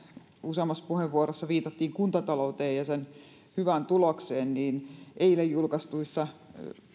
useammassa puheenvuorossa viitattiin kuntatalouteen ja sen hyvään tulokseen niin eilen julkaistuissa